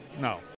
no